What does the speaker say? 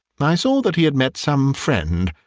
and i saw that he had met some friend,